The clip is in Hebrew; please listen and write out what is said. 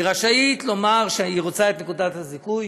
והיא רשאית לומר שהיא רוצה את נקודת הזיכוי